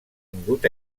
tingut